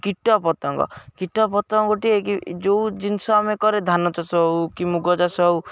କୀଟପତଙ୍ଗ କୀଟପତଙ୍ଗ ଗୋଟିଏ ଯେଉଁ ଜିନିଷ ଆମେ କରେ ଧାନ ଚାଷ ହେଉ କି ମୁଗ ଚାଷ ହେଉ